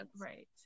right